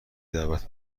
دعوت